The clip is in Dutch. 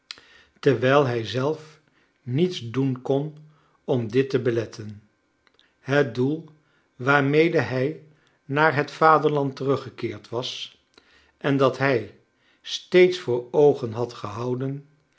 terwijl hij zelf niets doen kon om dit te beletten het doel waarmede hij naar het vaderland teruggekeerd was en dat hij steeds voor oogen had gehouden